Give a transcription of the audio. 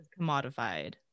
commodified